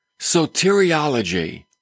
soteriology